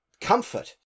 comfort